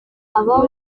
aba